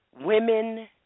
women